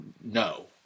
no